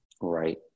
Right